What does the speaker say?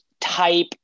type